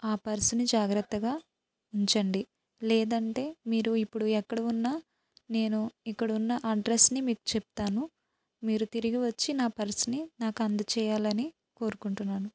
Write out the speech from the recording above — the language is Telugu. ఆ పర్సుని జాగ్రత్తగా ఉంచండి లేదంటే మీరు ఇప్పుడు ఎక్కడ ఉన్నా నేను ఇక్కడ ఉన్న అడ్రస్ని మీకు చెప్తాను మీరు తిరిగి వచ్చి నా పర్స్ని నాకు అందచేయాలని కోరుకుంటున్నాను